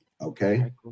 Okay